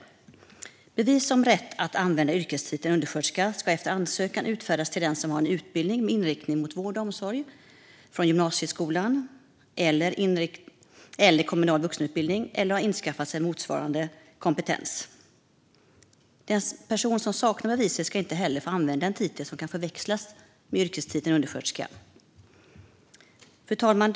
Bevis om rätt att använda yrkestiteln undersköterska ska efter ansökan utfärdas till den som har en utbildning med inriktning mot vård och omsorg från gymnasieskolan eller kommunal vuxenutbildning eller som har skaffat sig motsvarande kompetens. En person som saknar beviset ska inte heller få använda en titel som kan förväxlas med yrkestiteln undersköterska. Fru talman!